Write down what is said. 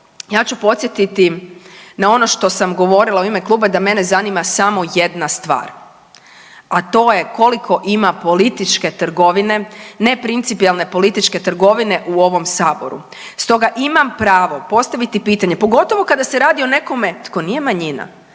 Ja ću podsjetiti na ono što sam govorila u ima kluba da mene zanima samo jedna stvar. A to je koliko ima političke trgovine, ne principijelne političke trgovine u ovom saboru? Stoga imam pravo postaviti pitanje pogotovo kada se radi o nekome tko nije manjina